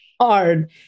Hard